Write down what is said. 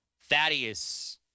Thaddeus